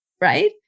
right